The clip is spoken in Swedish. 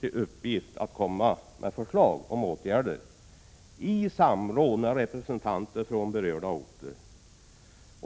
till uppgift att också komma med förslag om åtgärder — i samråd med representanter från berörda orter.